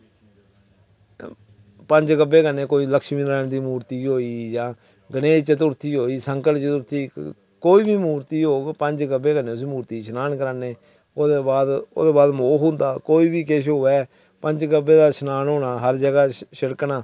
पंज गवै कन्नै कोई लक्ष्मी मुर्ति होई गणेश मुर्ति होई संकल मुर्ति होई कोई बी मुर्ति होग पंज गवै कन्नै उस मुर्ती गी शनान करान्ने ओह्दे बाद मोख होंदा कोई बी किश होऐ पंज गवै दा शनान होना हर जगह छिड़कना